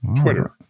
Twitter